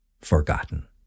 forgotten